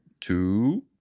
Two